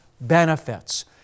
benefits